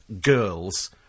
girls